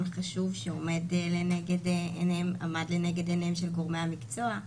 חשוב שעמד לנגד עיניהם של גורמי המקצוע,